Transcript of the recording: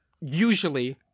usually